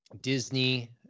Disney